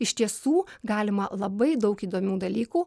iš tiesų galima labai daug įdomių dalykų